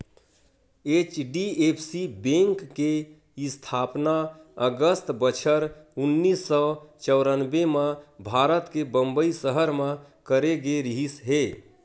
HDFC bank के इस्थापना अगस्त बछर उन्नीस सौ चौरनबें म भारत के बंबई सहर म करे गे रिहिस हे